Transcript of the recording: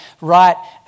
right